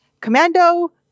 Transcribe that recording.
commando